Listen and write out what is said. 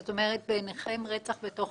זאת אומרת, מבחינתכם רצח בתוך